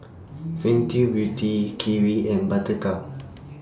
Fenty Beauty Kiwi and Buttercup